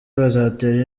bazatera